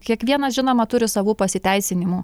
kiekvienas žinoma turi savų pasiteisinimų